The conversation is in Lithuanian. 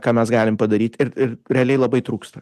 ką mes galim padaryt ir ir realiai labai trūksta